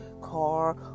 car